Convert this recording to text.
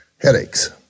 headaches